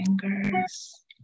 fingers